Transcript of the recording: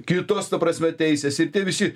kitos ta prasme teisės ir visi